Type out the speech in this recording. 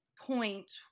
point